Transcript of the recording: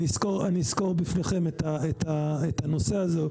אני אסקור בפניכם את הנושא הזה.